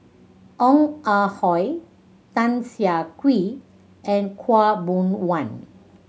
Ong Ah Hoi Tan Siah Kwee and Khaw Boon Wan